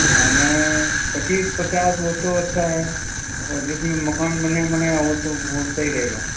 हमें पच्चीस पचास हो तो अच्छा है और जिसमें मकान बने बनाएं हों तो वो सही रहेगा